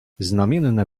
znamienne